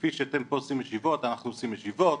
כפי שפה אתם עושים ישיבות אנחנו עושים ישיבות,